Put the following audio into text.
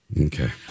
Okay